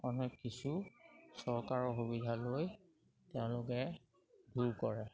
কিছু চৰকাৰৰ সুবিধা লৈ তেওঁলোকে দূৰ কৰে